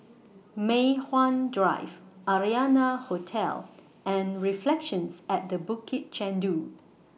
Mei Hwan Drive Arianna Hotel and Reflections At The Bukit Chandu